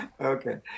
okay